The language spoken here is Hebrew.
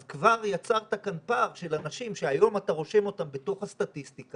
אז כבר יצרת כאן פער של אנשים שהיום אתה רושם אותם בתוך הסטטיסטיקה